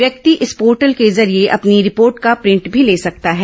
व्यक्ति इस पोर्टल के जरिये अपनी रिपोर्ट का प्रिंट भी ले सकता है